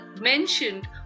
mentioned